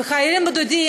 חיילים בודדים,